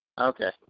Okay